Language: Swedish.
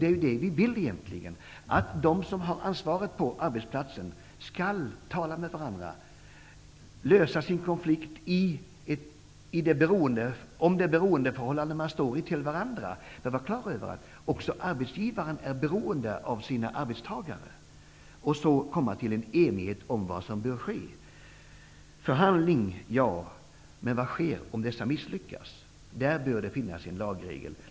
Det är detta vi vill egentligen, att de som har ansvaret på arbetsplatsen skall tala med varandra, lösa sin konflikt om det beroendeförhållande de står i till varandra -- man skall vara klar över att arbetsgivarna också är beroende av sina arbetstagare -- och komma till enighet om vad som bör ske. Förhandlingar, ja -- men vad sker om dessa misslyckas? Där bör det finnas en lagregel.